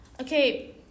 okay